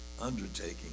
undertaking